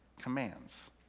commands